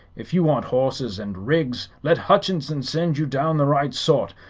if you want horses and rigs, let hutchinson send you down the right sort,